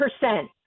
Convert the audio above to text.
percent